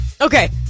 Okay